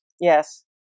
Yes